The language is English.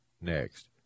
next